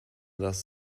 das